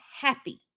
happy